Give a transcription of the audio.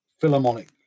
Philharmonic